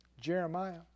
Jeremiah